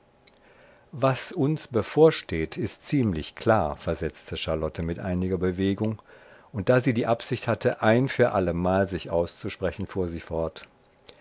was uns bevorsteht ist ziemlich klar versetzte charlotte mit einiger bewegung und da sie die absicht hatte ein für allemal sich auszusprechen fuhr sie fort